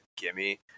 gimme